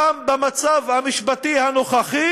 גם במצב המשפטי הנוכחי